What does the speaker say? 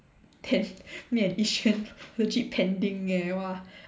then me and Yi Xuan legit pending eh !wah!